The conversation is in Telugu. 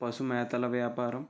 పశు మేతల వ్యాపారం